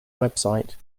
website